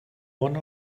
one